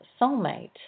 soulmate